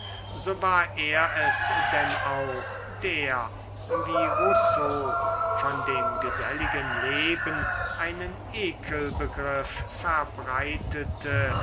so war er es denn auch der wie rousseau von dem geselligen leben einen ekelbegriff verbreitete